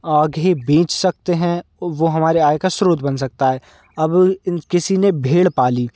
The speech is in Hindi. आगे बेच सकते हैं वह हमारे आय का स्रोत बन सकता है अब इन किसी ने भेड़ पाली